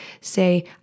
Say